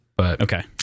Okay